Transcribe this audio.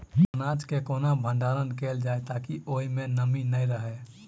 अनाज केँ केना भण्डारण कैल जाए ताकि ओई मै नमी नै रहै?